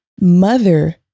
mother